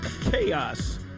chaos